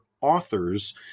authors